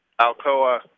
Alcoa